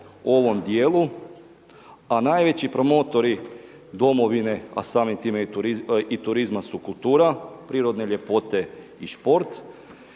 ovom djelu a najveći promotori domovine a samim time i turizma su kultura, prirodne ljepote i šport